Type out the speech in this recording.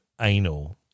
anal